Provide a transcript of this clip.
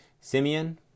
Simeon